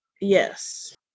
yes